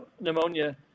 pneumonia